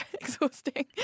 exhausting